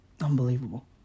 unbelievable